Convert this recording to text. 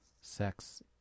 sex